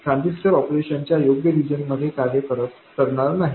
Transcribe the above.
transistor ऑपरेशनच्या योग्य region मध्ये कार्य करणार नाही